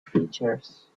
features